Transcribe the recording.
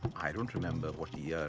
i don't remember what yeah